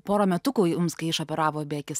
pora metukų kai išoperavo abi akis